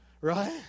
right